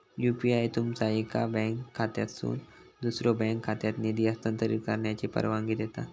UPI तुमका एका bank खात्यातसून दुसऱ्यो बँक खात्यात निधी हस्तांतरित करण्याची परवानगी देता